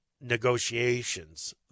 negotiations